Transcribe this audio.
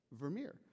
Vermeer